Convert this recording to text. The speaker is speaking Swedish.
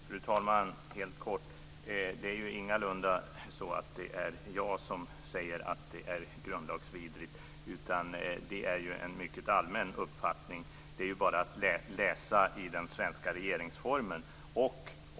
Fru talman! Det är ingalunda så att det är jag som säger att det är grundlagsvidrigt, utan det är en mycket allmän uppfattning. Det är bara att läsa i den svenska regeringsformen.